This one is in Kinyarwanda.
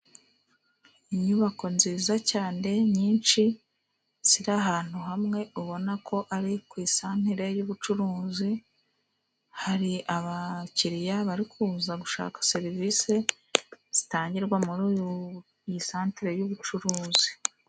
Inyubako nziza cyane nyinshi ziri ahantu hamwe ubona ko ari ku isantere y'ubucuruzi, hari abakiriya bari kuza gushaka serivisi zitangirwa muri iyi centire y'ubucuruzi.